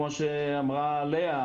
כמו שאמרה לאה,